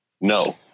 No